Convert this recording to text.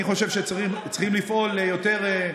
אני חושב שצריכים לפעול ליותר,